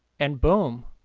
and boom!